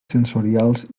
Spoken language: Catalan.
sensorials